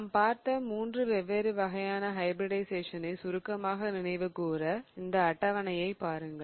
நாம் பார்த்த மூன்று வெவ்வேறு வகையான ஹைபிரிடிஷயேசனை சுருக்கமாக நினைவு கூற இந்த அட்டவணையை பாருங்கள்